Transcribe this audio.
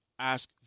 ask